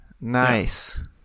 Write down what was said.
Nice